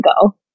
go